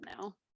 now